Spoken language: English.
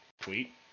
tweet